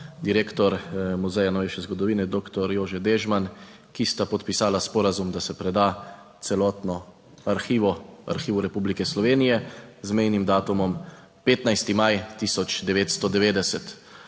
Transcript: direktor Muzeja novejše zgodovine doktor Jože Dežman, ki sta podpisala sporazum, da se preda celotno arhivu, Arhivu Republike Slovenije z mejnim datumom 15. maj 1990.